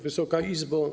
Wysoka Izbo!